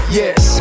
yes